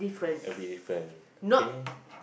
it'll be different okay